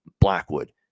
Blackwood